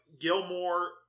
Gilmore